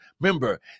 Remember